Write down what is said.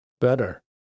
better